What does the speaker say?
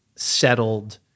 settled